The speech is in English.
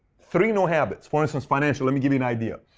three new habits. for instance, financial, let me give you an idea.